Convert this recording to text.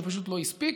שפשוט לא הספיק,